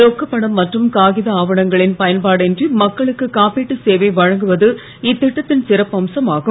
ரொக்கப் பணம் மற்றும் காகித ஆவணங்களின் பயன்பாடு இன்றி மக்களுக்கு காப்பீட்டுச் சேவை வழங்கப்படுவது இத்திட்டத்தின் சிறப்பு அம்சம் ஆகும்